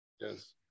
yes